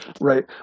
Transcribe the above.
Right